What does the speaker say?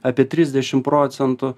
apie trisdešim procentų